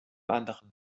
anderen